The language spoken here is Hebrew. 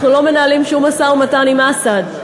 אנחנו לא מנהלים שום משא-ומתן עם אסד.